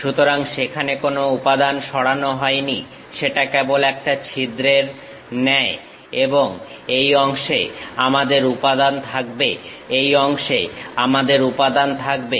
সুতরাং সেখানে কোনো উপাদান সরানো হয়নি সেটা কেবল একটা ছিদ্রের ন্যায় এবং এই অংশে আমাদের উপাদান থাকবে এই অংশে আমাদের উপাদান থাকবে